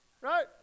Right